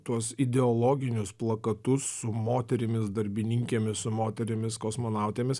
tuos ideologinius plakatus su moterimis darbininkėmis su moterimis kosmonautėmis